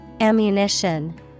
Ammunition